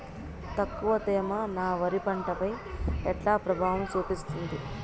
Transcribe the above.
తక్కువ తేమ నా వరి పంట పై ఎట్లా ప్రభావం చూపిస్తుంది?